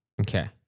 okay